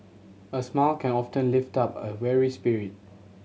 a smile can often lift up a weary spirit